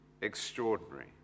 extraordinary